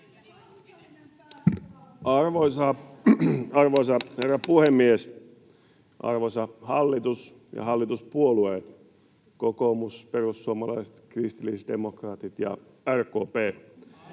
Arvoisa herra puhemies, arvoisa hallitus ja hallituspuolueet kokoomus, perussuomalaiset, kristillisdemokraatit ja RKP!